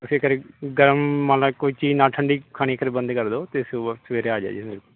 ਫਿਕਰ ਗਰਮ ਮਤਲਬ ਕੋਈ ਚੀਜ਼ ਨਾ ਠੰਡੀ ਖਾਣੀ ਘਰੇ ਬੰਦ ਕਰ ਦਿਓ ਅਤੇ ਸੁਬਹਾ ਸਵੇਰੇ ਆ ਜਾਈਓ ਮੇਰੇ ਕੋਲ